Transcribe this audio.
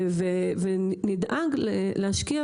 ונדאג להשקיע